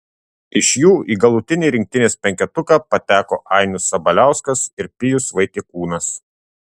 iš jų į galutinį rinktinės penketuką pateko ainius sabaliauskas ir pijus vaitiekūnas